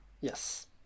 Yes